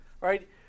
right